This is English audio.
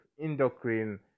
endocrine